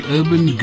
Urban